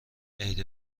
عید